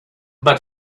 but